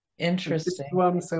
interesting